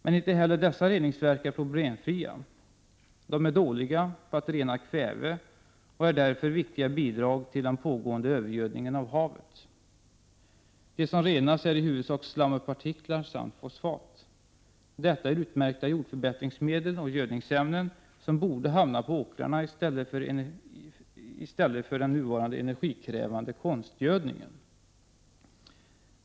Men inte heller dessa reningsverk är problemfria. De är dåliga på att rena kväve och bidrar därför starkt till den pågående övergödningen av havet. Det som renas är i huvudsak slampartiklar samt fosfat. Detta är utmärkta jordförbättringsmedel och gödningsämnen, som borde hamna på åkrarna i stället för den nuvarande energikrävande konstgödningen.